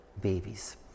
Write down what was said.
babies